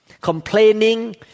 complaining